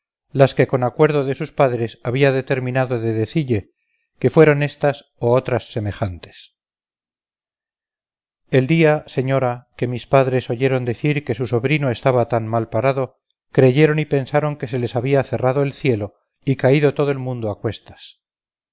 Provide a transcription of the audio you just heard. las que con acuerdo de sus padres había determinado de decille que fueron éstas o otras semejantes el día señora que mis padres oyeron decir que su sobrino estaba tan malparado creyeron y pensaron que se les había cerrado el cielo y caído todo el mundo a cuestas